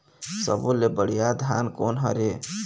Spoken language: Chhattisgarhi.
सब्बो ले बढ़िया धान कोन हर हे?